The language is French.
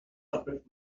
gars